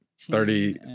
Thirty